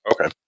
Okay